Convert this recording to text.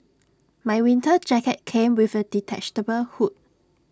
my winter jacket came with A detachable hood